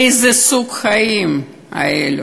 איזה סוג חיים זה?